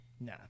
Nah